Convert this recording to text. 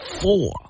four